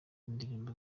w’indirimbo